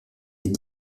ait